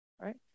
right